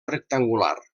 rectangular